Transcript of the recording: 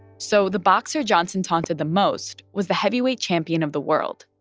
so the boxer johnson taunted the most was the heavyweight champion of the world,